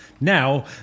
now